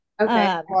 Okay